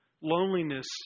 loneliness